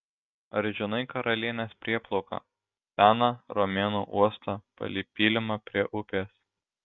ar žinai karalienės prieplauką seną romėnų uostą palei pylimą prie upės